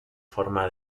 forma